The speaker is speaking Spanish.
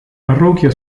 parroquia